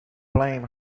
blame